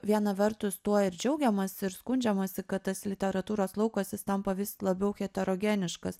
viena vertus tuo ir džiaugiamasi ir skundžiamasi kad tas literatūros laukas jis tampa vis labiau heterogeniškas